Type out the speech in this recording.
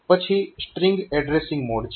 પછી string addressing mode છે